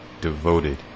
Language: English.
devoted